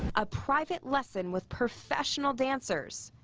a private lesson with professional dancers!